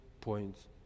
points